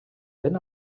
ben